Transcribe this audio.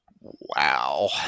Wow